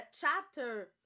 chapter